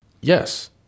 Yes